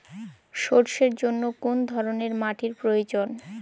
সরষের জন্য কোন ধরনের মাটির প্রয়োজন?